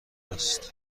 است